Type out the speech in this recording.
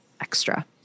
extra